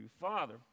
Father